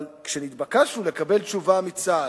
אבל כשביקשנו לקבל תשובה מצה"ל,